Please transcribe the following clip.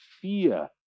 fear